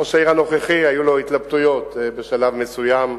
ראש העיר הנוכחי, היו לו התלבטויות בשלב מסוים,